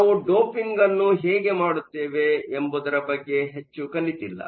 ನಾವು ಡೋಪಿಂಗ್ ಅನ್ನು ಹೇಗೆ ಮಾಡುತ್ತೇವೆ ಎಂಬುದರ ಬಗ್ಗೆ ಹೆಚ್ಚು ಕಲಿತಿಲ್ಲ